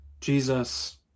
Jesus